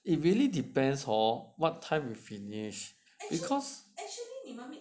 it really depends hor what time we finish because